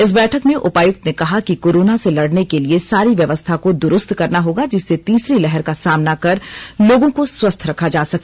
इस बैठक में उपायुक्त ने कहा कि कोरोना से लड़ने के लिए सारी व्यवस्था को दुरूस्त करना होगा जिससे तीसरी लहर का सामना कर लोगों को स्वस्थ रखा जा सके